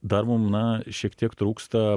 dar mum na šiek tiek trūksta